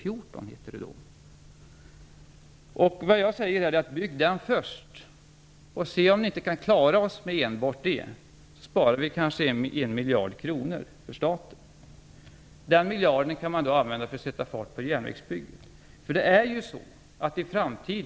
Jag tycker att man skall bygga den först och se om man inte kan klara sig med enbart den. Då sparar vi kanske 1 miljard kronor för staten. Den miljarden kan man sedan använda för att sätta fart på järnvägsbyggandet.